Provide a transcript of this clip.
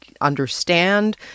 understand